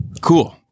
Cool